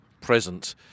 present